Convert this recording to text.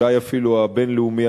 אולי אפילו הבין-לאומי,